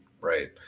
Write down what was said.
right